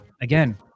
again